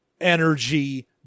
energy